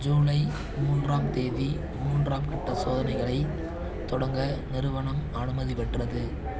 ஜூலை மூன்றாம் தேதி மூன்றாம் கட்ட சோதனைகளைத் தொடங்க நிறுவனம் அனுமதி பெற்றது